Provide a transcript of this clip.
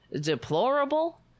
Deplorable